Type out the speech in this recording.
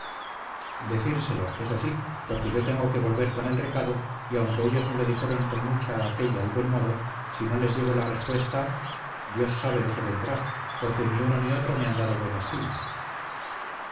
decírselo eso sí porque yo tengo que volver con el recado y aunque ellos me lo dijeron con mucha aquella y buen modo si no les llevo la respuesta dios sabe lo que vendrá porque ni uno ni otro me han dado buena espina